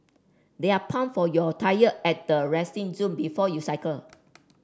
there are pump for your tyre at the resting zone before you cycle